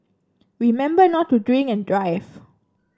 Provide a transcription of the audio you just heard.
remember not to drink and drive